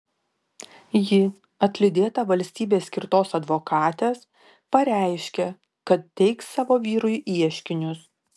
ji atlydėta valstybės skirtos advokatės pareiškė kad teiks savo vyrui ieškinius